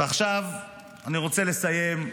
ועכשיו אני רוצה לסיים,